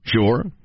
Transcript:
sure